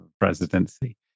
presidency